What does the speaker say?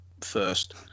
first